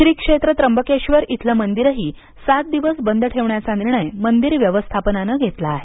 श्री क्षेत्र त्र्यंबकेश्वर इथलं मंदिरही सात दिवस बंद ठेवण्याचा निर्णय मंदिर व्यवस्थापनानं घेतला आहे